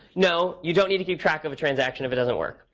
no, you don't need to keep track of a transaction if it doesn't work.